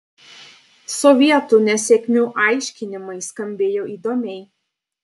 sovietų nesėkmių aiškinimai skambėjo įdomiai